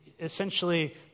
essentially